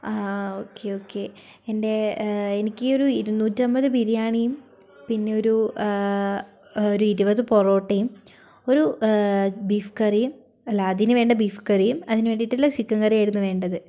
ആ ഒക്കെ ഒക്കെ എൻ്റെ എനിക്കൊരു ഇരുന്നൂറ്റിയൻപത് ബിരിയാണിയും പിന്നെ ഒരു ഒരു ഇരുപത് പൊറോട്ടയും ഒരു ബീഫ് കറിയും അല്ല അതിന് വേണ്ട ബീഫ് കറിയും അതിനെ വേണ്ടിയിട്ടുള്ള ചിക്കൻ കറിയായിരുന്നു വേണ്ടത്